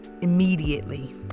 immediately